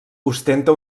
ostenta